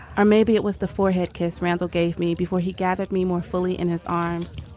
or maybe it was the four headcase randall gave me before he gathered me more fully in his arms.